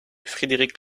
frédéric